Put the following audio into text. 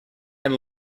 and